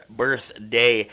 birthday